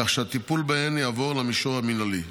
כך שהטיפול בהן יעבור למישור המינהלי.